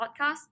podcast